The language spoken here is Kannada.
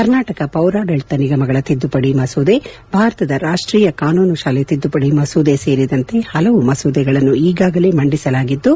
ಕರ್ನಾಟಕ ಪೌರಾಡಳತ ನಿಗಮಗಳ ತಿದ್ದುಪಡಿ ಮಸೂದೆ ಭಾರತದ ರಾಷ್ಲೀಯ ಕಾನೂನು ಶಾಲೆ ತಿದ್ದುಪಡಿ ಮಸೂದೆ ಸೇರಿದಂತೆ ಹಲವು ಮಸೂದೆಗಳನ್ನು ಈಗಾಗಲೇ ಮಂಡಿಸಲಾಗಿದ್ದು